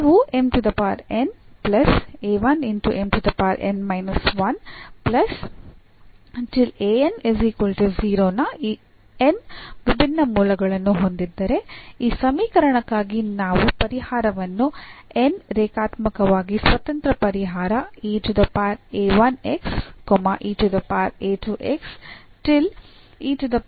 ನೀವು ನ ಈ n ವಿಭಿನ್ನ ಮೂಲಗಳನ್ನು ಹೊಂದಿದ್ದರೆ ಈ ಸಮೀಕರಣಕ್ಕಾಗಿ ನಾವು ಪರಿಹಾರವನ್ನು n ರೇಖಾತ್ಮಕವಾಗಿ ಸ್ವತಂತ್ರ ಪರಿಹಾರ ಎಂದು ಬರೆಯಬಹುದು